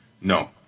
No